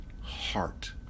heart